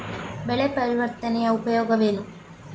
ಬೆಳೆ ಪರಿವರ್ತನೆಯ ಉಪಯೋಗವೇನು?